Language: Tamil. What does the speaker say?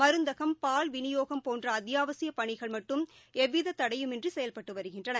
மருந்தகம் பால் விநியோகம் போன்றஅத்தியாவசியப் பணிகள் மட்டும் எவ்விததடையும் இன்றிசெயல்பட்டுவருகின்றன